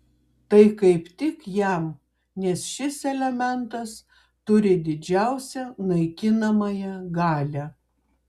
tai kaip tik jam nes šis elementas turi didžiausią naikinamąją galią